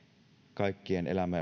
kaikkien elämä